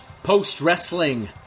Post-wrestling